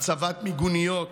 הצבת מיגוניות,